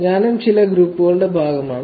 ഞാനും ചില ഗ്രൂപ്പുകളുടെ ഭാഗമാണ്